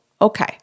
okay